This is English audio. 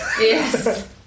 Yes